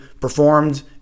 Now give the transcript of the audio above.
performed